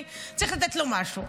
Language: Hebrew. צריך לתת לו משהו.